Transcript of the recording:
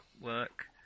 work